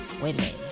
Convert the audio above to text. Women